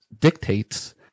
dictates